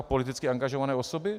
Politicky angažované osoby?